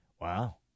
Wow